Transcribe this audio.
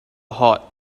hot